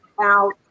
out